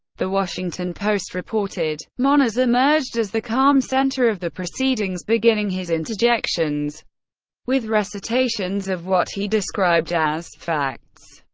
the washington post reported, moniz emerged as the calm center of the proceedings, beginning his interjections with recitations of what he described as facts,